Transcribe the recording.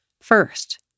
First